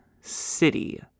city